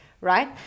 right